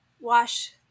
wash